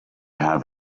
have